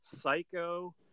Psycho